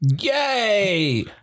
Yay